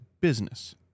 business